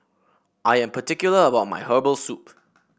I am particular about my Herbal Soup